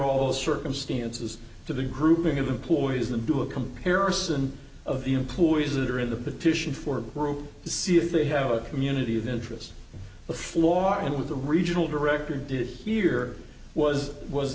all circumstances to the grouping of employees and do a comparison of the employees that are in the petition for a group to see if they have a community of interest the flaw in with the regional director did here was was